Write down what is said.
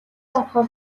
орохоор